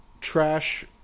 trash